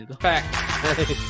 Fact